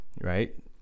right